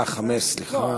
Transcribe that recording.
אה, חמש, סליחה.